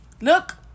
Look